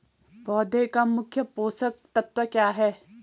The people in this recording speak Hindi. पौधें का मुख्य पोषक तत्व क्या है?